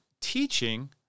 teaching